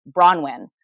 Bronwyn